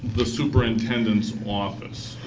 the superintendent's office,